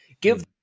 give